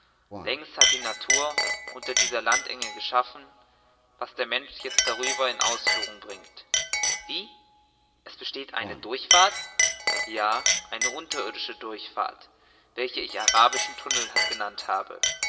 längst hat die natur unter dieser landenge geschaffen was der mensch jetzt über derselben in ausführung bringt wie es bestände eine durchfahrt ja eine unterirdische durchfahrt welche ich arabischen tunnel genannt habe